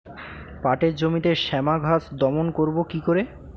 পাটের জমিতে শ্যামা ঘাস দমন করবো কি করে?